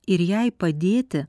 ir jai padėti